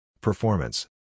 Performance